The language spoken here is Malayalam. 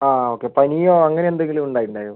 ആ ഓക്കേ പനിയോ അങ്ങനെ എന്തെങ്കിലും ഉണ്ടായിട്ട് ഉണ്ടായോ